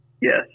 Yes